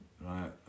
right